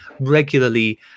regularly